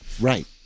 Right